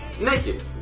naked